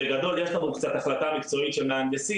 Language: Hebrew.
בגדול יש לנו החלטה מקצועית של המיסים,